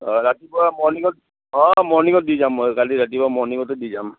অঁ ৰাতিপুৱা মৰ্ণিঙত অঁ মৰ্ণিঙত দি যাম মই কালি ৰাতিপুৱা মৰ্ণিঙতে দি যাম